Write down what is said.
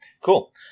cool